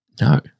No